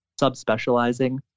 subspecializing